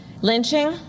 Lynching